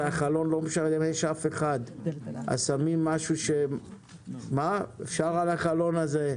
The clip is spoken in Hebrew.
החלון הרי לא משמש מישהו ולכן אפשר לשים עליו.